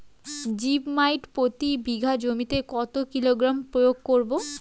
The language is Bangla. জিপ মাইট প্রতি বিঘা জমিতে কত কিলোগ্রাম প্রয়োগ করব?